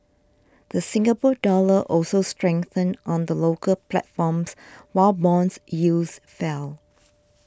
the Singapore Dollar also strengthened on the local platform while bonds yields fell